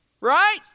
Right